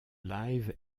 live